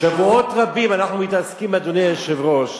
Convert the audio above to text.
מה הייתם עושים בלעדינו?